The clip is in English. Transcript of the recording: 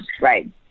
right